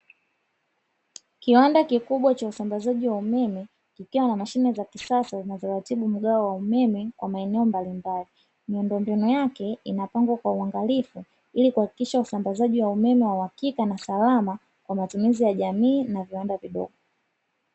Kiwanda kikubwa cha usambazaji wa umeme kikiwa na mashine za kisasa zinazo ratibu mgao wa umeme kwa maeneo mbalimbali. Muondombinu yake inapangwa kwa uangalifu ili kuhakikisha usambazaji wa umeme wa uwakika na salama kwa matumizi ya jamii na viwanda vidogo.